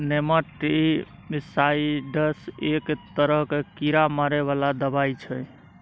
nematicides एक तरहक कीड़ा मारै बला दबाई छै